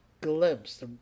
glimpse